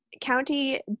County